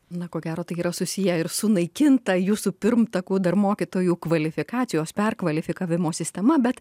na ko gero tai yra susiję ir sunaikinta jūsų pirmtakų dar mokytojų kvalifikacijos perkvalifikavimo sistema bet